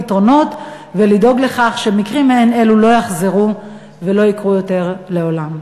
פתרונות ולדאוג לכך שמקרים מעין אלו לא יחזרו ולא יקרו יותר לעולם.